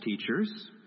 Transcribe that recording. teachers